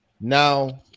Now